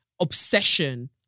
obsession